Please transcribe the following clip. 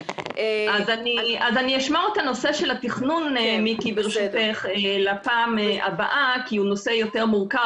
אני אשמור את הנושא של הדיון לפעם הבאה כי הוא נושא יותר מורכב